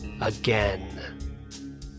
again